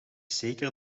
zeker